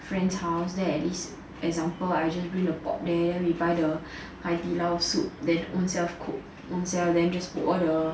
friend's house then at least example I just bring the pot there then we buy the 海底捞 soup then ownself cook ownself then just put all the